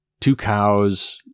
TwoCows